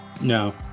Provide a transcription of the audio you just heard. No